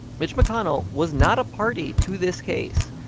mitch mcconnell was not a party to this case.